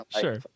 Sure